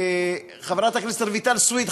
חברת הכנסת רויטל סויד,